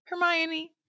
Hermione